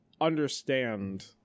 understand